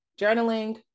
journaling